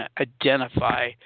identify